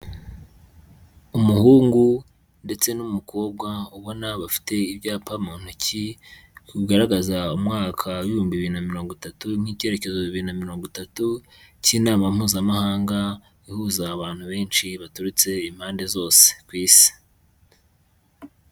Umuhungu ndetse n'umukobwa ubona bafite ibyapa mu ntoki, bigaragaza umwaka w'ibihumbi bibiri na mirongo itatu nk'icyerekezo bibiri na mirongo itatu cy'inama mpuzamahanga ihuza abantu benshi baturutse impande zose ku Isi.